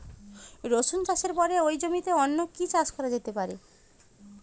রসুন চাষের পরে ওই জমিতে অন্য কি চাষ করা যেতে পারে?